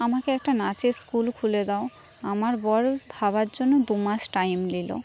আমাকে একটা নাচের স্কুল খুলে দাও আমার বর ভাবার জন্য দুমাস টাইম নিল